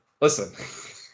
listen